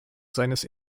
seines